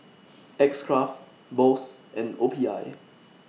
X Craft Bose and O P I